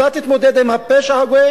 אתה תתמודד עם הפשע הזה?